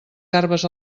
garbes